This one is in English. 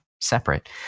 separate